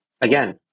Again